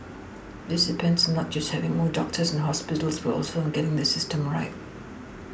this depends on not just having more doctors and hospitals but also on getting the system right